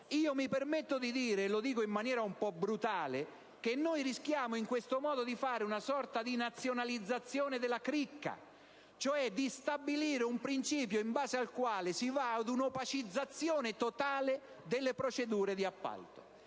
Mi permetto di dire - e lo dico in maniera un po' brutale - che rischiamo in questo modo di fare una sorta di nazionalizzazione della cricca, cioè di stabilire un principio in base al quale si va ad una opacizzazione totale delle procedure di appalto.